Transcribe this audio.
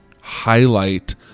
highlight